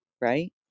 right